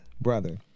brother